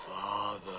Father